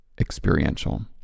experiential